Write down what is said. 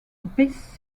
this